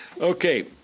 Okay